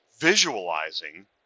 Visualizing